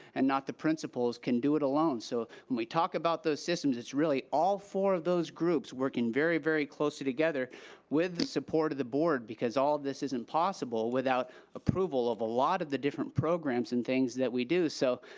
and not the principals can do it alone. so when we talk about those systems it's really all four of those groups working very, very closely together with the support of the board because all of this isn't possible without approval of a lot of the different programs and things that we do. so,